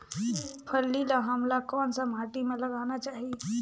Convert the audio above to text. फल्ली ल हमला कौन सा माटी मे लगाना चाही?